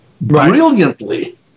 brilliantly